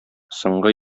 соңгы